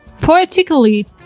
poetically